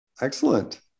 Excellent